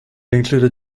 included